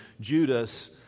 Judas